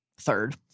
third